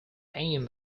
pain